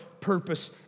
purpose